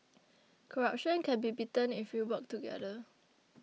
corruption can be beaten if we work together